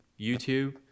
YouTube